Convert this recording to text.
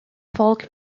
folk